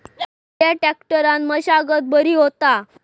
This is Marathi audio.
खयल्या ट्रॅक्टरान मशागत बरी होता?